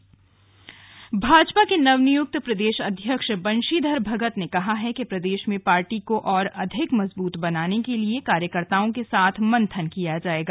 भगत दौरा भाजपा के नवनियुक्त प्रदेश अध्यक्ष बंशीधर भगत ने कहा है कि प्रदेश में पार्टी को और अधिक मजबूत बनाने के लिए कार्यकर्ताओं के साथ मंथन किया जाएगा